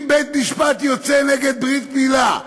אם בית-משפט יוצא נגד ברית-מילה,